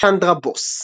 צ'נדרה בוס.